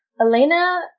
Elena